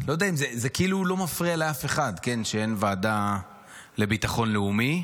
שזה כאילו לא מפריע לאף אחד שאין ועדה לביטחון לאומי,